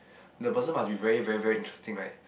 the person must be very very very interesting right